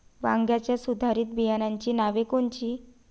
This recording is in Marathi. वांग्याच्या सुधारित बियाणांची नावे कोनची?